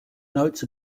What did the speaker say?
notes